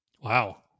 Wow